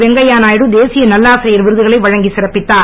வெங்கைய நாயுடு தேசிய நல்லாசிரியர் விருதுகளை வழங்கி சிறப்பித்தார்